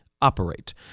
operate